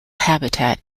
habitat